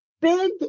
big